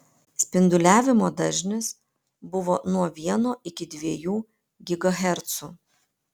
spinduliavimo dažnis buvo nuo vieno iki dviejų gigahercų